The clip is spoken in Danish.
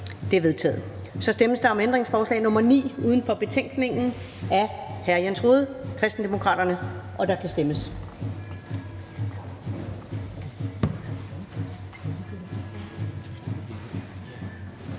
Det er vedtaget. Så stemmes der om ændringsforslag nr. 9 uden for betænkningen af hr. Jens Rohde (KD), og der kan stemmes.